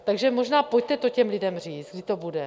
Takže možná pojďte to těm lidem říct, kdy to bude.